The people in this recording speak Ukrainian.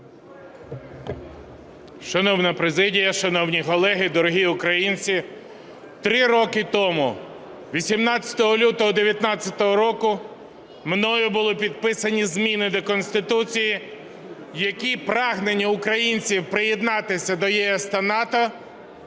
Шановна президія, шановні колеги, дорогі українці! Три роки тому 18 лютого 19-го року, мною були підписані зміни до Конституції, в яких прагнення українців приєднатися до ЄС та НАТО